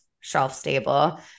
shelf-stable